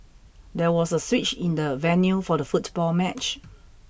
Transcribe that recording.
there was a switch in the venue for the football match